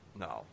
No